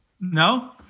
No